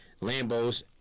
Lambos